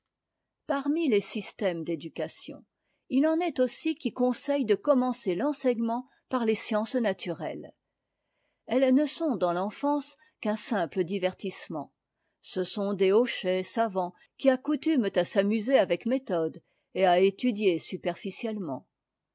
parmi les systèmes d'éducation il en est aussi qui conseillent de commencer renseignement par les sciences naturelles elles ne sont dans l'enfance u'un simple divertissement ce sont des hochets savants qui accoutument à s'amuser avec méthode et à étudier